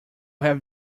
have